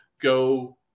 go